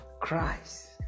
Christ